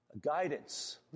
guidance